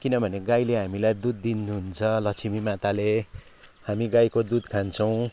किनभने गाईले हामीलाई दुध दिनुहुन्छ लक्ष्मी माताले हामी गाईको दुध खान्छौँ